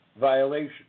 violation